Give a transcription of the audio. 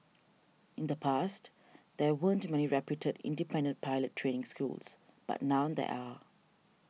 in the past there weren't many reputed independent pilot training schools but now there are